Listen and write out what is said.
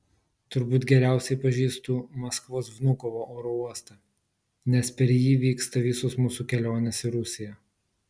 turbūt geriausiai pažįstu maskvos vnukovo oro uostą nes per jį vyksta visos mūsų kelionės į rusiją